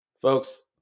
Folks